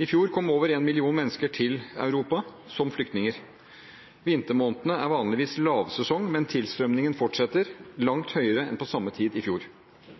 I fjor kom over 1 million mennesker til Europa som flyktninger. Vintermånedene er vanligvis lavsesong, men tilstrømningen fortsetter, langt høyere enn på samme tid i fjor.